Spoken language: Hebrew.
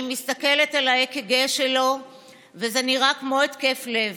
אני מסתכלת על האק"ג שלו וזה נראה כמו התקף לב.